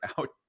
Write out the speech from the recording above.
out